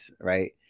right